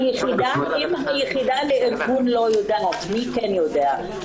אם היחידה לארגון לא יודעת, מי כן יודע?